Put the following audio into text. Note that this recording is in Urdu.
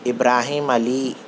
ابراہیم علی